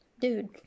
dude